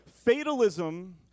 Fatalism